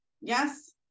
yes